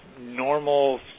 normal